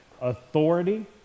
authority